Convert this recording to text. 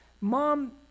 Mom